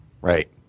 Right